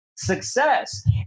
success